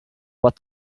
what